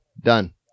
Done